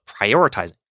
prioritizing